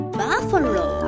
buffalo